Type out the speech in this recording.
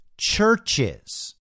churches